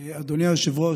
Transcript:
אדוני היושב-ראש,